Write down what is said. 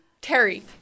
Terry